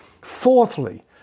Fourthly